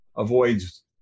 avoids